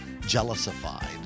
jealousified